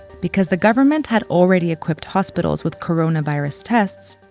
because the government had already equipped hospitals with coronavirus tests,